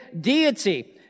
deity